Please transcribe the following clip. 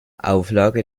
auflage